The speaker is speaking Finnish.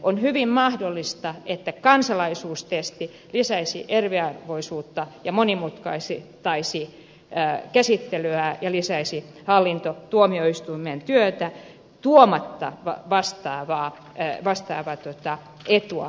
on hyvin mahdollista että kansalaisuustesti lisäisi eriarvoisuutta ja monimutkaistaisi käsittelyä ja lisäisi hallintotuomioistuinten työtä tuomatta vastaavaa etua